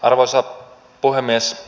arvoisa puhemies